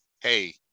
Hey